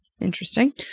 Interesting